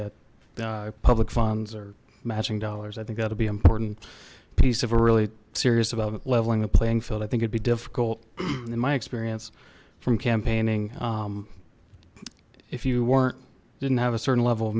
at public funds or matching dollars i think that'll be an important piece of a really serious about leveling the playing field i think it'd be difficult in my experience from campaigning if you weren't didn't have a certain level